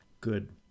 good